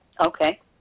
Okay